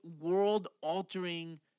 world-altering